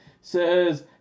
says